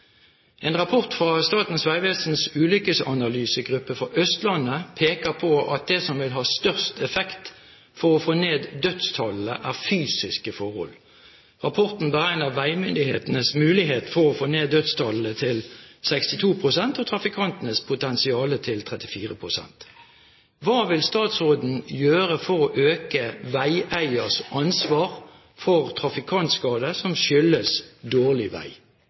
En rapport fra Statens vegvesens ulykkesanalysegruppe for Østlandet peker på at det som vil ha størst effekt for å få ned dødstallene, er fysiske forhold. Rapporten beregner veimyndighetens mulighet til å få ned dødstallene til 62 pst. og trafikantenes potensial til 34 pst. Hva vil statsråden gjøre for å øke veieiers ansvar for trafikantskade som skyldes dårlig vei?»